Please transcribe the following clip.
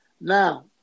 Now